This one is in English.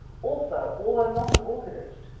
also, although not an orchidist,